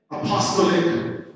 Apostolic